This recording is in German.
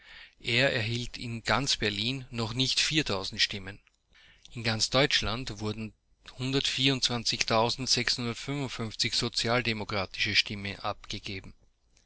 er erhielt in ganz berlin noch nicht in ganz deutschland wurden sozialdemokratische stimmen abgegeben